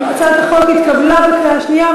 הצעת החוק התקבלה בקריאה השנייה.